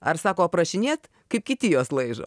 ar sako aprašinėt kaip kiti juos laižo